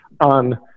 on